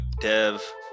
Dev